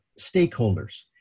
stakeholders